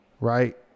Right